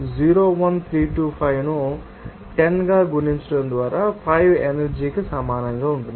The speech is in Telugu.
01325 ను 10 గా గుణించడం ద్వారా 5 ఎనర్జీ కి సమానంగా ఉంటుంది